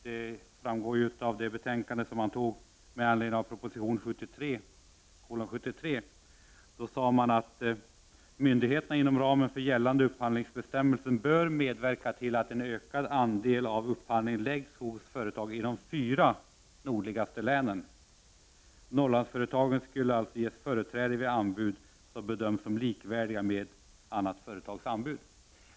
Det framgår också av det betänkande som riksdagen antog med anledning av proposition 1973:73. I förarbetena till upphandlingsförordningen framgår att myndigheterna inom ramen för gällande upphandlingsbestämmelser bör medverka till att en ökad del av upphandlingen läggs ut hos företag i de fyra nordligaste länen. Detta innebär att Norrlandsföretagen skulle ges företräde vid anbud som bedömdes som likvärdigt med annat företags anbud.